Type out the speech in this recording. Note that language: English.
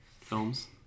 films